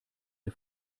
der